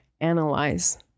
analyze